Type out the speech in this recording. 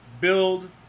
build